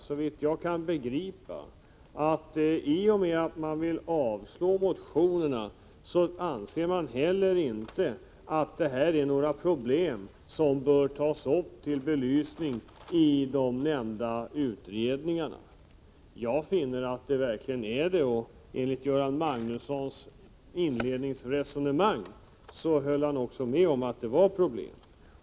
Såvitt jag kan förstå måste detta innebära att utskottet inte anser att de problem vi pekar på behöver uppmärksammas av de nämnda utredningarna. Jag finner att problemen bör belysas, och jag har förstått av Göran Magnussons anförande att han håller med mig på den punkten.